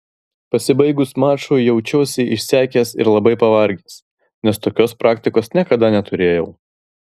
pasibaigus mačui jaučiausi išsekęs ir labai pavargęs nes tokios praktikos niekada neturėjau